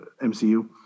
MCU